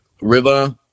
river